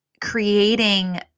creating